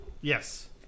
Yes